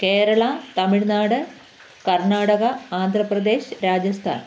Kerala Tamil Nadu Karnataka Andhra Pradesh Rajasthan